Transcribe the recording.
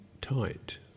tight